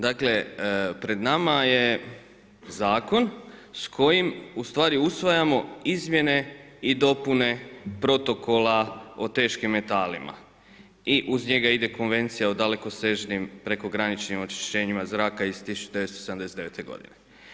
Dakle, pred nama je zakon s kojim u stvari usvajamo izmjene i dopune protokola o teškim metalima i uz njega ide Konvencija o dalekosežnim prekograničnim onečišćenjima zraka iz 1979. godine.